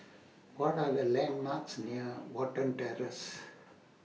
What Are The landmarks near Watten Terrace